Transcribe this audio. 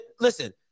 listen